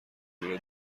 میره